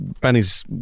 Benny's